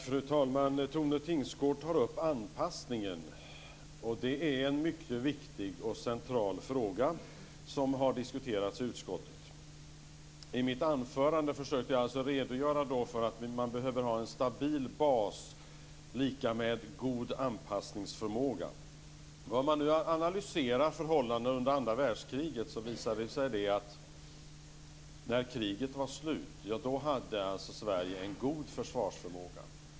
Fru talman! Tone Tingsgård tar upp anpassningen. Det är en mycket viktig och central fråga som har diskuterats i utskottet. I mitt anförande försökte jag redogöra för att man behöver ha en stabil bas som är lika med en god anpassningsförmåga. När man analyserar förhållandena under andra världskriget visar det sig att när kriget var slut hade Sverige en god försvarsförmåga.